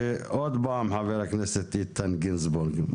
ועוד פעם חה"כ איתן גינזבורג.